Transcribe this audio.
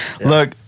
Look